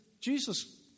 Jesus